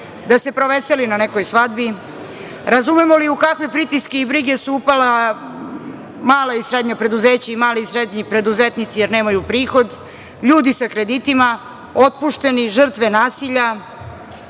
da se proveseli na nekoj svadbi? Razumemo li u kakve pritiske i brige su upala mala i srednja preduzeća, mali i srednji preduzetnici, jer nemaju prihod, ljudi sa kreditima, otpušteni, žrtve nasilja?